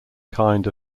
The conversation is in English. kind